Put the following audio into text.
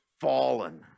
fallen